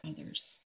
others